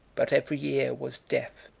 but every ear was deaf,